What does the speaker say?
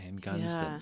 handguns